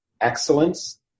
excellence